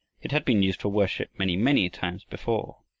it had been used for worship many, many times before,